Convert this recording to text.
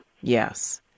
yes